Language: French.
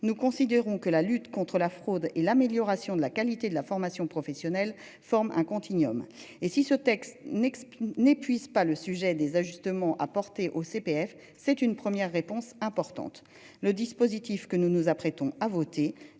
nous considérons que la lutte contre la fraude et l'amélioration de la qualité de la formation professionnelle forment un continuum et si ce texte n'exprime n'épuise pas le sujet des ajustements apportés au CPF. C'est une première réponse importante le dispositif que nous nous apprêtons à voter